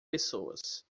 pessoas